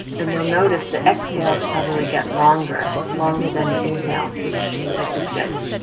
and you'll notice the exhales probably get longer, longer than inhale, which is good.